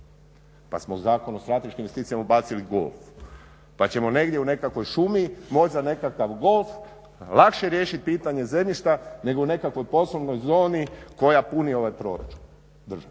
pa smo Zakon u strateškim investicijama ubacili golf, pa ćemo negdje u nekakvoj šumi možda nekakav golf lakše riješiti pitanje zemljišta nego o nekakvoj poslovnoj zoni koja puni državni proračun.